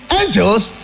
angels